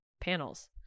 panels